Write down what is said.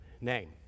name